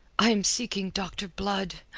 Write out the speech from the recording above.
i am seeking doctor blood,